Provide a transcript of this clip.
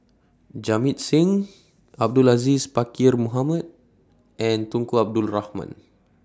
Jamit Singh Abdul Aziz Pakkeer Mohamed and Tunku Abdul Rahman